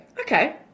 okay